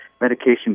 medication